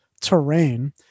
terrain